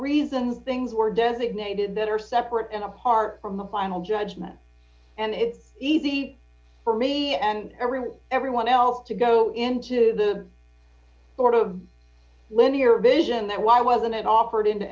reasons things were designated that are separate and apart from the final judgment and it's easy for me and everyone everyone else to go into the board of linear vision that why wasn't it offered into